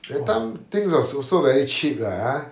that time things were also very cheap lah ah